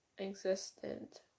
existent